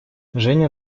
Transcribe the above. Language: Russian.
женя